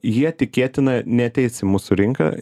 jie tikėtina neateis į mūsų rinką